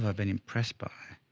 ah been impressed by.